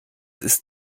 ist